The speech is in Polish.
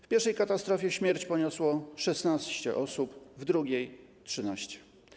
W pierwszej katastrofie śmierć poniosło 16 osób, w drugiej - 13.